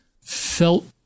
felt